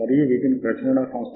మరియు ఇక్కడ ఒక స్క్రీన్ ఉంది